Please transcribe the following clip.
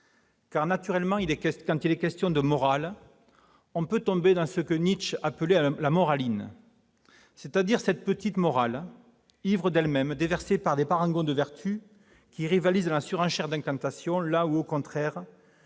Naturellement, quand il est question de morale, on peut tomber dans ce que Nietzsche appelait la « moraline », c'est-à-dire cette petite morale, ivre d'elle-même, déversée par des parangons de vertu qui rivalisent dans la surenchère d'incantations, là où, au contraire,